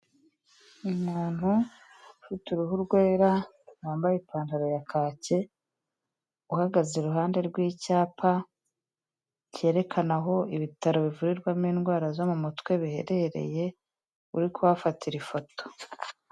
Umuntu ufite uruhu rwera wambaye ipantaro ya kake, uhagaze iruhande rw'icyapa cyerekana aho ibitaro bivurirwamo indwara zo mu mutwe biherereye, uri kuhafatira ifoto.